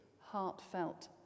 heartfelt